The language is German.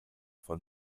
von